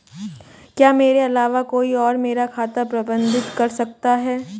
क्या मेरे अलावा कोई और मेरा खाता प्रबंधित कर सकता है?